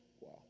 Wow